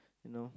you know